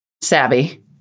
Savvy